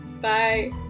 Bye